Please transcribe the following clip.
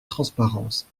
transparence